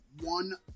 one